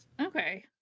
okay